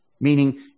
meaning